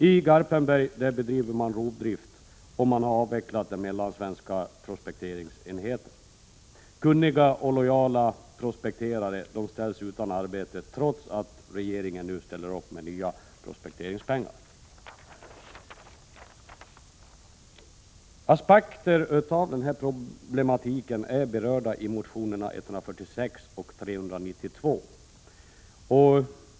I Garpenberg bedriver man rovdrift, och man har avvecklat den mellansvenska prospekteringsenheten. Kunniga och lojala prospekterare ställs utan arbete, trots att regeringen nu ställer upp med nya prospekteringspengar. Aspekter av den här problematiken är berörd i motionerna N146 och N392.